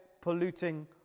polluting